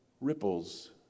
ripples